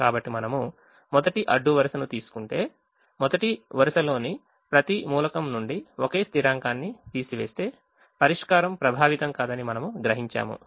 కాబట్టి మనము మొదటి అడ్డు వరుసను తీసుకుంటే మొదటి వరుసలోని ప్రతి మూలకం నుండి ఒకే స్థిరాంకాన్ని తీసివేస్తే పరిష్కారం ప్రభావితం కాదని మనము గ్రహించాము